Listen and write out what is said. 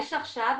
יש עכשיו,